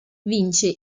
vince